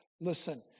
Listen